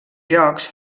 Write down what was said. jocs